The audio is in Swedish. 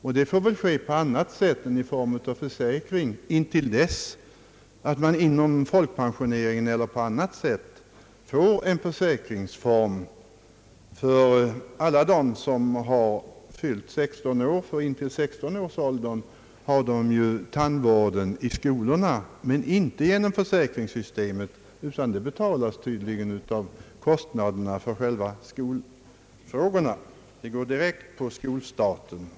Den saken får väl ordnas på annat sätt än i form av en försäkring, till dess man inom folkpensioneringen eller på annat sätt får en försäkringsform för alla som har fyllt 16 år. Intill 16 års ålder sköts ju tandvården genom skolorna, inte genom försäkringssystemet. Kostnaderna belastar i detta fall direkt skolstaten.